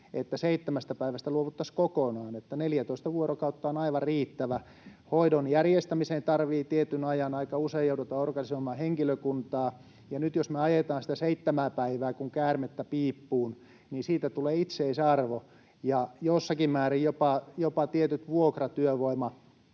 että seitsemästä päivästä luovuttaisiin kokonaan, että 14 vuorokautta on aivan riittävä. Hoidon järjestämiseen tarvitsee tietyn ajan. Aika usein joudutaan organisoimaan henkilökuntaa. Nyt, jos me ajetaan sitä seitsemää päivää kuin käärmettä piippuun, siitä tulee itseis-arvo, ja jossakin määrin jopa tietyt vuokratyövoimajärjestelmät